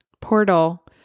portal